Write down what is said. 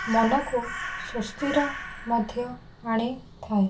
ମନକୁ ସୁସ୍ଥିର ମଧ୍ୟ ଆଣିଥାଏ